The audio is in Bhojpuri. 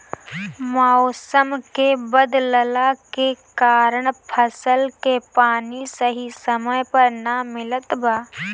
मउसम के बदलला के कारण फसल के पानी सही समय पर ना मिलत बा